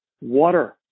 water